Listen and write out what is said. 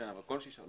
כל שישה חודשים.